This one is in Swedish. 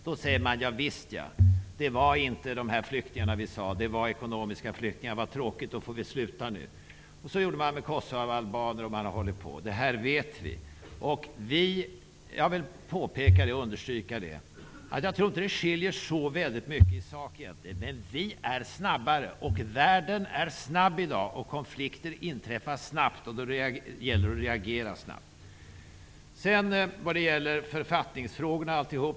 Då säger man: Ja, visst ja, flyktingarna var inte de vi trodde, utan det var ekonomiska flyktingar. Så tråkigt! Då får vi sluta nu. Så gjorde man med kosovoalbanerna, och så har man hållit på. Det här vet vi. Jag vill påpeka och understryka att jag inte tror att det skiljer så väldigt mycket i sak här, men vi är snabbare. Världen är snabb i dag, och konflikter inträffar snabbt, och då gäller det också att reagera snabbt.